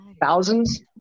Thousands